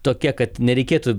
tokia kad nereikėtų